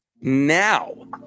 Now